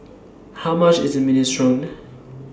How much IS Minestrone